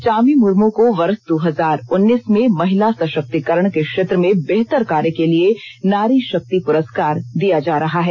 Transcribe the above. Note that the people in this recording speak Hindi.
चामी मुर्म को वर्ष दो हजार उन्नीस में महिला सषक्तिकरण के क्षेत्र में बेहतर कार्य के लिए नारीषक्ति प्रस्कार दिया जा रहा है